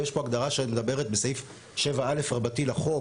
ויש פה הגדרה שמדברת בסעיף 7א לחוק